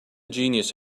genius